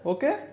Okay